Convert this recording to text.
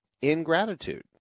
ingratitude